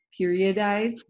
periodized